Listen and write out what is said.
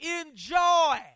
enjoy